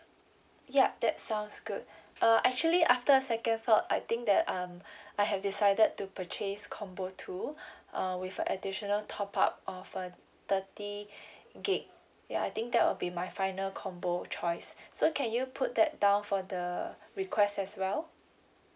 ya that sounds good err actually after second though I think that um I have decided to purchase combo two err with a additional top up of uh thirty gig ya I think that will be my final combo choice so can you put that down for the request as well